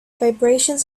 vibrations